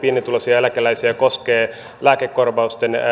pienituloisia eläkeläisiä koskevat lääkekorvausten